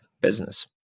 business